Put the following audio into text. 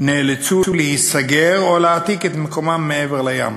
נאלצו להיסגר או להעתיק את מקומן אל מעבר לים.